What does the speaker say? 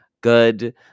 good